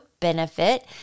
benefit